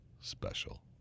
special